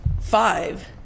five